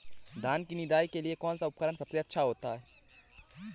धान की निदाई के लिए कौन सा उपकरण सबसे अच्छा होता है?